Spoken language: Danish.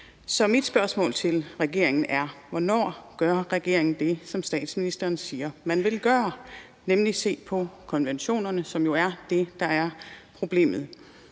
Så mit spørgsmål til regeringen er: Hvornår gør regeringen det, som statsministeren siger man vil gøre, nemlig at se på det med konventionerne, som jo er det, der er problemet?